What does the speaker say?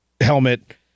helmet